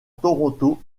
toronto